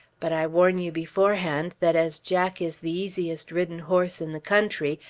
but i warn you beforehand that as jack is the easiest ridden horse in the country,